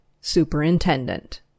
Superintendent